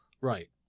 Right